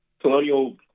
colonial